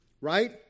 right